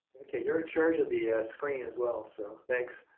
okay, you're in charge of the screen as well. so thanks,